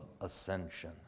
ascension